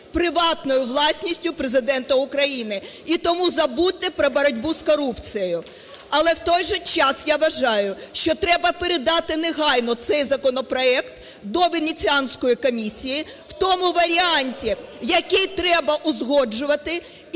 приватною власністю Президента України, і тому забудьте про боротьбу з корупцією. Але в той час я вважаю, що треба передати негайно цей законопроект до Венеціанської комісії в тому варіанті, який треба узгоджувати, і після